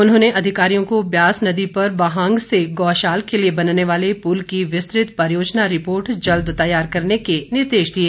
उन्होंने अधिकारियों को ब्यास नदी पर बहांग से गौशाल के लिए बनने वाले पुल की विस्तृत परियोजना रिपोर्ट जल्द तैयार करने के निर्देश दिए